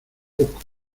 poco